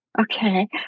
Okay